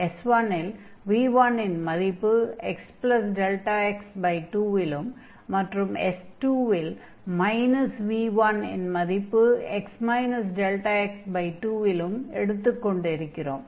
S1 ல் v1 ன் மதிப்பு xδx2 லும் மற்றும் S2 ல் மைனஸ் v1 ன் மதிப்பு x δx2 லும் எடுத்துக் கொண்டிருக்கிறோம்